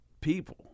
people